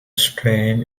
strain